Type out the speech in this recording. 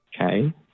Okay